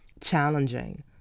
challenging